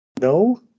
No